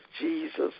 jesus